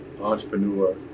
entrepreneur